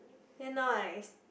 then now I